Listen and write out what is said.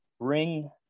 bring